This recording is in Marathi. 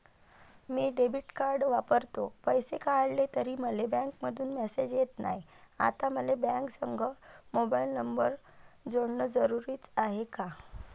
मी डेबिट कार्ड वापरतो, पैसे काढले तरी मले बँकेमंधून मेसेज येत नाय, आता मले बँकेसंग मोबाईल नंबर जोडन जरुरीच हाय का?